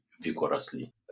Vigorously